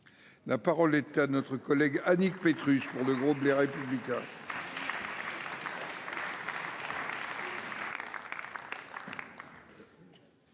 La parole est à Mme Annick Petrus, pour le groupe Les Républicains.